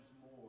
more